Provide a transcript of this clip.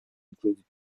include